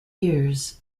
years